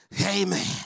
Amen